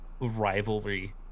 rivalry